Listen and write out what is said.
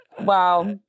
wow